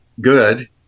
good